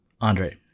Andre